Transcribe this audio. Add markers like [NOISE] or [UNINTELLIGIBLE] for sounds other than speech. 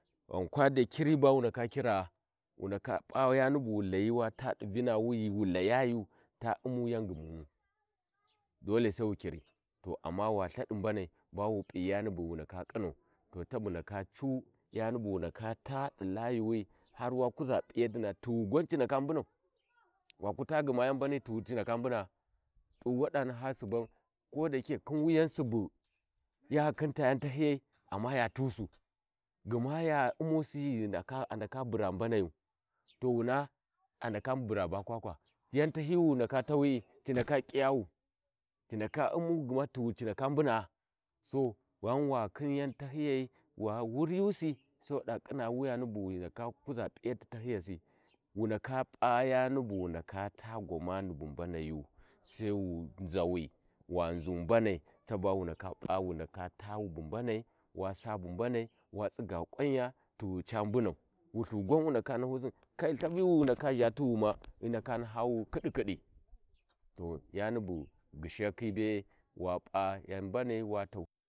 [NOISE] Ghan Kwadai kiri ba wu ndaka kiraa wa ndaka p'a yani bu wu ndaka di Vinawu ghi wu layayu ta umnu ya ghumunu dole sai wu kiri to amma Wa lthadi mbanai ba wu p’a yani bu wa ndaka khinau to tabu ndaka cu yani bu wu ndaka ta di layuwi har lo kuʒa p’iyatina tighu gwan ci ndaka mbunau waku taa gma yau mbani tighu ci ndaka mbuna [UNINTELLIGIBLE] t’u wada na suban kada Shike khin wuyan Subah Subuniya khin ca yan tayi amma ya tusu gma ya umusi ghi a ndaka bura mbanayu to wuna ndaka ndaka bura ba Kwakwa ya [NOISE] tahiyi wi wu ndaka tauwi'i ci ndaka ƙiyawu ci ndaka ci uuu gma tighu ndaka mbuna So ghan wakhin yau tahiyi wa wuriyu si Sai wada k’inna yani bu wu ndaka kuʒa p’iyati tahiyasi wu ndaka p’a yani bu wu ndaka ta gwamani bu mbanagu Sai wu nzauwi wa nʒu mbanai caba wu ndaka wa tabu mbanai wa Saa bu mbanai wa tsigga kwaya tighu ca mbunau wulhu gwan wu ndaka nahu Sin kai lthavi wi wu ndaka zha tighuma hi ndaka nahawu kidikidi to yani bu gyishiyakhi bee wa p’a yau mbani wa tau.